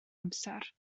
amser